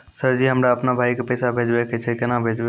Sir ji हमरा अपनो भाई के पैसा भेजबे के छै, केना भेजबे?